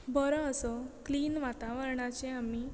बरो असो क्लीन वातावरणाचें आमी